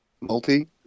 multi-